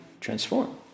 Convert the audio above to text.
transform